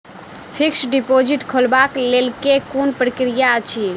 Fixed deposit खोलबाक लेल केँ कुन प्रक्रिया अछि?